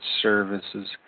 services